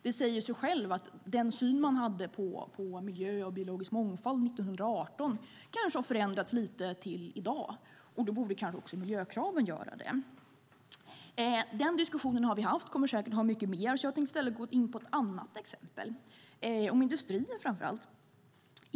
Det säger sig självt att den syn man hade på miljö och biologisk mångfald 1918 har förändrats fram till i dag, och då borde kanske också miljökraven göra det. Den diskussionen har vi haft och kommer säkert att ha mycket mer, så jag tänkte i stället ta ett exempel som framför allt gäller industrier.